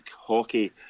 hockey